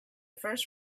first